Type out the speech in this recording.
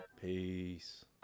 Peace